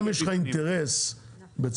שאומר שהכלל הוא לפי קריאת מונה.